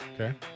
Okay